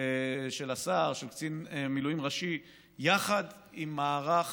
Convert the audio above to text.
של השר, של קצין מילואים ראשי, יחד עם מערך